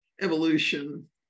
evolution